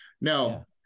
Now